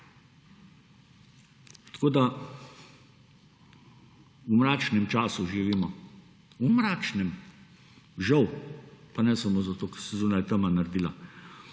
Tako da v mračnem času živimo, v mračnem, žal, pa ne samo zato, ker se je zunaj tema naredila.